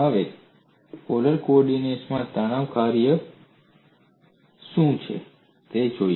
હવે polar coordinates માં તણાવ કાર્યના સ્વરૂપો શું છે તે જોઈએ